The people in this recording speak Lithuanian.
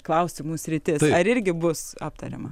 klausimų sritis ar irgi bus aptariama